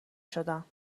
شدم